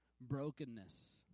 brokenness